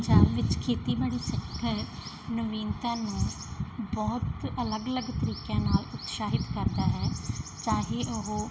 ਪੰਜਾਬ ਵਿੱਚ ਖੇਤੀਬਾੜੀ ਸੈਕਟਰ ਨਵੀਨਤਾ ਨੂੰ ਬਹੁਤ ਅਲੱਗ ਅਲੱਗ ਤਰੀਕਿਆਂ ਨਾਲ ਉਤਸ਼ਾਹਿਤ ਕਰਦਾ ਹੈ ਚਾਹੇ ਉਹ